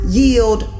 yield